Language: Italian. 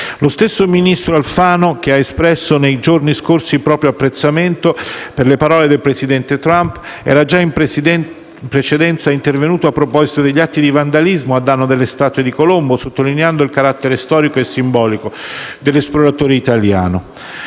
Lo stesso ministro Alfano, che ha espresso nei giorni scorsi il proprio apprezzamento per le parole del presidente Trump, era già in precedenza intervenuto a proposito degli atti di vandalismo a danno delle statue di Colombo, sottolineando il carattere storico e simbolico dell'esploratore italiano.